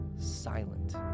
silent